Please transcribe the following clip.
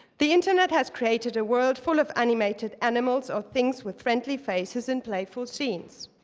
the internet has created a world full of animated animals or things with friendly faces in playful scenes.